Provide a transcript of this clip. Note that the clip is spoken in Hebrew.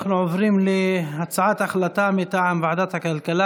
אנחנו עוברים להצעת החלטה מטעם ועדת הכלכלה